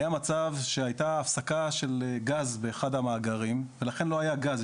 היה מצב שהייתה הפסקה של גז באחד המאגרים ולכן לא היה גז,